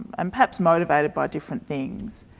and perhaps motivated by different things,